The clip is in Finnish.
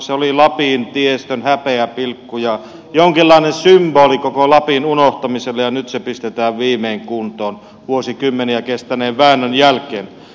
se oli lapin tiestön häpeäpilkku ja jonkinlainen symboli koko lapin unohtamiselle ja nyt se pistetään viimein kuntoon vuosikymmeniä kestäneen väännön jälkeen